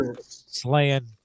Slaying